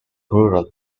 rural